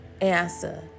answer